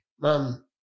mom